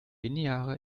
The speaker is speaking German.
lineare